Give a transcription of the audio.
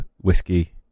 whiskey